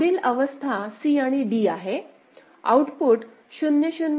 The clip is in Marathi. तर पुढील अवस्था c आणि d आहे आऊटपुट 0 0 0 0 आहे